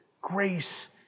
grace